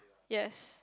yes